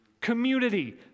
community